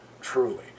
Truly